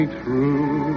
true